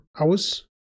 hours